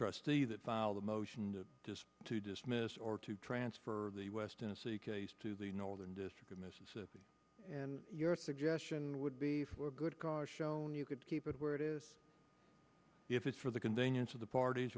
trustee that filed a motion to just to dismiss or to transfer the west and see case to the northern district of mississippi and your suggestion would be for a good cause shown you could keep it where it is if it's for the convenience of the parties